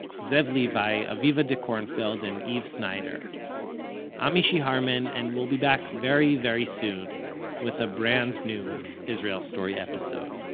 zev levi, aviva dekornfeld and eve sneider sneider i'm mishy harman, and we'll be back very very soon with a brand new israel story episode.